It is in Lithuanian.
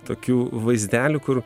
tokių vaizdelių kur